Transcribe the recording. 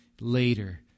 later